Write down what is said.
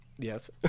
Yes